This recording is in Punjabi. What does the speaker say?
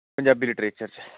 ਪੰਜਾਬੀ ਲਿਟਰੇਚਰ 'ਚ